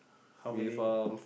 how many